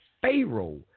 pharaoh